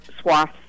swaths